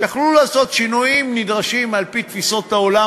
יכול לעשות שינויים נדרשים על-פי תפיסות העולם